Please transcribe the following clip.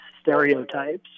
stereotypes